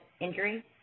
injury